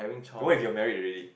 then what if you're married already